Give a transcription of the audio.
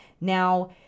Now